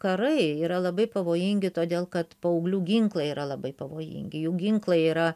karai yra labai pavojingi todėl kad paauglių ginklai yra labai pavojingi jų ginklai yra